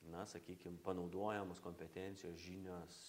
na sakykim panaudojamos kompetencijos žinios